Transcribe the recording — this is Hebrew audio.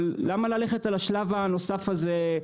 אבל למה ללכת על השלב הנוסף הזה ככה?